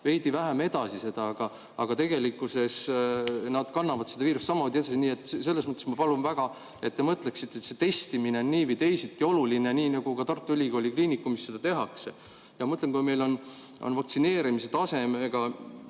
veidi vähem edasi, aga tegelikkuses nad kannavad seda viirust edasi samamoodi. Nii et selles mõttes ma palun väga, et te mõtleksite, et testimine on nii või teisiti oluline, nii nagu ka Tartu Ülikooli Kliinikumis seda tehakse. Ma mõtlen, et meil on vaktsineerimise tasemega